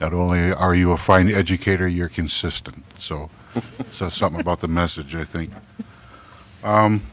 not only are you a fine educator you're consistent so something about the message i think